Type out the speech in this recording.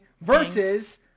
versus